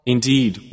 Indeed